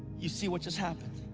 you see what just happened?